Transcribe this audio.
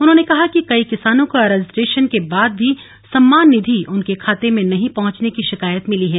उन्होंने कहा कि कई किसानों का रजिस्ट्रेशन के बाद भी सम्मान निधि उनके खाते में नहीं पहुंचने की शिकायत मिली है